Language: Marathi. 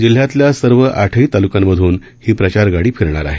जिल्ह्यातल्या सर्व आठही तालुक्यांमधून ही प्रचार गाडी फिरणार आहे